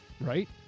Right